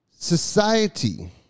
Society